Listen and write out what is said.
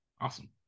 Awesome